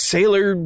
Sailor